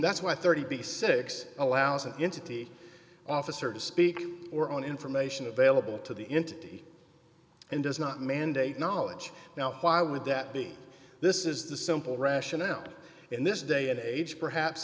that's why thirty b six allows it into the office or to speak or on information available to the int and does not mandate knowledge now why would that be this is the simple rationale in this day and age perhaps